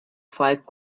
fight